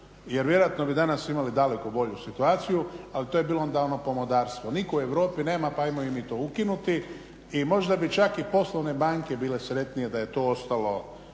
jer vjerojatno bi danas imali daleko bolju situaciju, ali to je bilo ono pomodarstvo. Nitko u Europi nema pa ajmo i mi to ukinuti. I možda bi čak i poslovne banke bile sretnije da je to ostalo